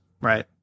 Right